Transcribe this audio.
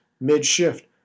mid-shift